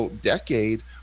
decade